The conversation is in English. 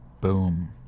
Boom